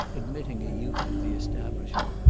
admitting a youth of the establishment,